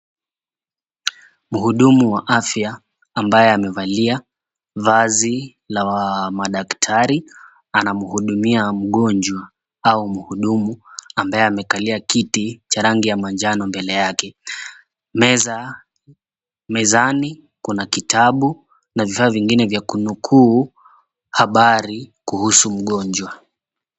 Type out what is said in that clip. Mhudumu wa afya ambaye amevalia vazi la madaktari anamhudumia mgonjwa au mhudumu ambaye amekalia kiti cha rangi ya manjano mbele yake. Meza mezani kuna vitabu na vifaa vingine vya kunukuu habari kuhusu mgonjwa.